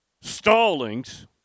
Stallings